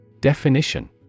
Definition